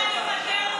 ליברמן, לפטר אותו.